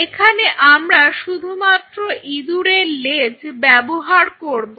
এখানে আমরা শুধুমাত্র ইঁদুরের লেজ ব্যবহার করব